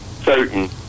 certain